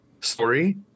story